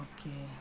Okay